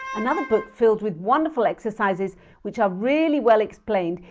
another book filled with wonderful exercises which are really well-explained,